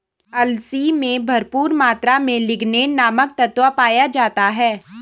अलसी में भरपूर मात्रा में लिगनेन नामक तत्व पाया जाता है